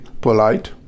polite